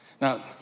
Now